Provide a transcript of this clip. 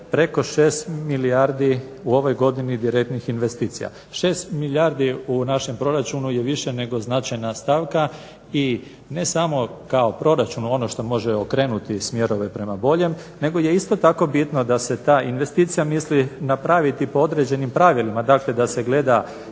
preko 6 milijardi u ovoj godini direktnih investicija. 6 milijardi u našem proračunu je više nego značajna stavka i ne samo kao proračun ono što može okrenuti smjerove prema boljem nego je isto tako bitno da se ta investicija misli napraviti po određenim pravilima. Dakle, da se gleda